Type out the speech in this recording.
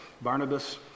Barnabas